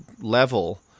level